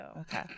Okay